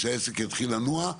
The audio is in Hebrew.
כשהעסק יתחיל לנוע...